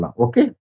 Okay